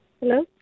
Hello